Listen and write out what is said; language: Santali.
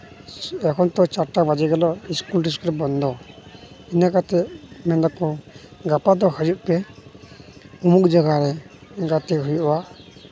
ᱮᱠᱷᱚᱱ ᱛᱚ ᱪᱟᱨᱴᱟ ᱵᱟᱡᱮ ᱜᱮᱞᱚ ᱤᱥᱠᱩᱞ ᱴᱤᱥᱠᱩᱞ ᱵᱚᱱᱫᱚ ᱤᱱᱟᱹ ᱠᱟᱛᱮ ᱢᱮᱱ ᱫᱟᱠᱚ ᱜᱟᱯᱟ ᱫᱚ ᱦᱤᱡᱩᱜ ᱯᱮ ᱚᱢᱩᱠᱷ ᱡᱟᱭᱜᱟ ᱨᱮ ᱜᱟᱛᱮ ᱦᱩᱭᱩᱜᱼᱟ